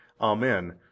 Amen